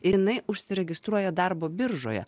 ir jinai užsiregistruoja darbo biržoje